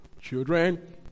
Children